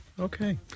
Okay